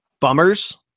bummers